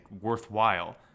worthwhile